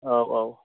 औ औ